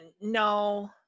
no